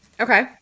Okay